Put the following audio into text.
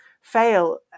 fail